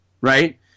right